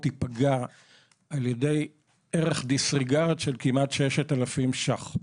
תיפגע על ידי ערך דיסריגרד של כמעט 6,000 שקלים.